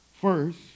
First